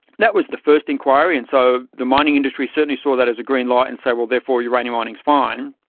that was the first inquiry, and so the mining industry certainly saw that as a green light and said, well, therefore uranium mining is fine,